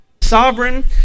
sovereign